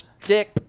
dick